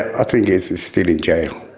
i think he's he's still in jail.